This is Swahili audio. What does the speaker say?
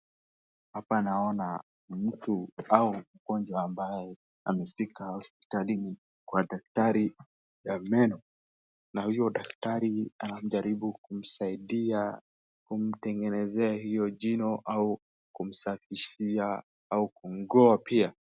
Hapa naona mtu au mgonjwa ambaye amefika hospitalini kwa daktari ya meno na huyo daktari anajaribu kumsaidia kumtegenezea hiyo jino au kumsafishia au kumng'oa pia.